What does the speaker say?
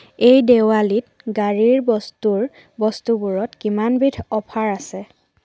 এই দেৱালীত গাড়ীৰ বস্তুৰ বস্তুবোৰত কিমান বিধ অফাৰ আছে